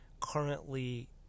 currently